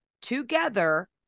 together